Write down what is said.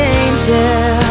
angel